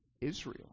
israel